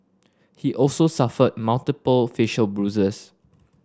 he also suffered multiple facial bruises